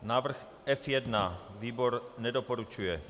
Návrh F1 výbor nedoporučuje.